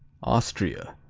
austria